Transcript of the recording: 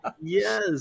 Yes